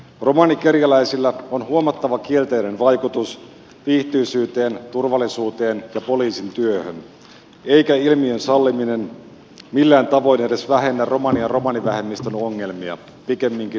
romanikerjäläisillä on huomattava kielteinen vaikutus viihtyisyyteen turvallisuuteen ja poliisin työhön eikä ilmiön salliminen millään tavoin edes vähennä romanian romanivähemmistön ongelmia pikemminkin lisää niitä